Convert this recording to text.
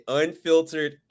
unfiltered